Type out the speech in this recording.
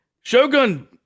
Shogun